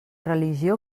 religió